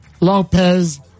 Lopez